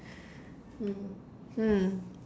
mm hmm